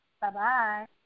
Bye-bye